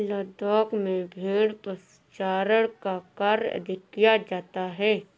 लद्दाख में भेड़ पशुचारण का कार्य अधिक किया जाता है